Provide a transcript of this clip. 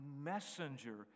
messenger